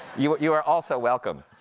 you but you are also welcome.